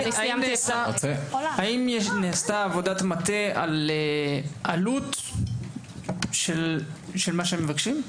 האם נעשתה עבודת מטה על עלות של מה שהם מבקשים?